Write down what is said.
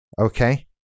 Okay